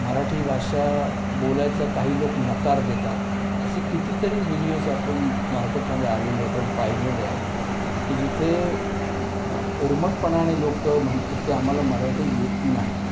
मराठी भाषा बोलायचा काही लोक नकार देतात असे कितीतरी व्हिडिओज आपण मार्केटमध्ये आलेले आहेत आपण पाहिलेले की जिथे उर्मटपणाने लोकं म्हणतात की आम्हाला मराठी येत नाही